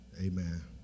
Amen